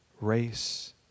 race